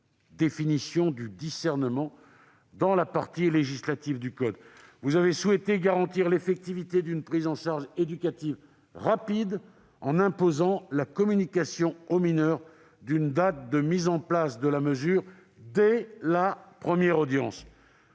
Vous avez souhaité garantir l'effectivité d'une prise en charge éducative rapide, en imposant la communication au mineur d'une date de mise en place de la mesure dès la première audience.